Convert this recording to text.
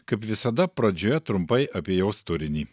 kaip visada pradžioje trumpai apie jos turinį